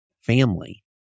family